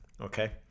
okay